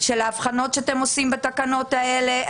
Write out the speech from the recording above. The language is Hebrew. האפידמיולוגי ולא את ההיגיון של ההבחנות שאתם עושים בתקנות האלה.